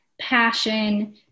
passion